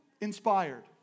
inspired